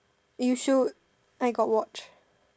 you should I got watch